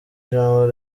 ijambo